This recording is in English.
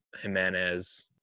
Jimenez